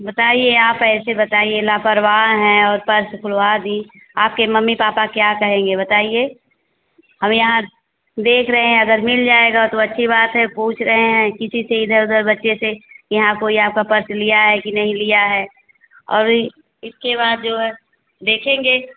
बताइए आप ऐसे बताइए लापरवाह हैं और पर्स खुलवा दी आपके मम्मी पापा क्या कहेंगे बताइए हम यहाँ देख रहे हैं अगर मिल जाएगा तो अच्छी बात है पूछ रहे हैं किसी से इधर उधर बच्चे से यहाँ कोई आपका पर्स लिया है कि नहीं लिया है और ई इसके बाद जो है देखेंगे